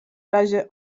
razie